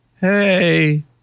hey